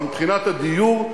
אבל מבחינת הדיור,